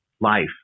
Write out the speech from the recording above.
life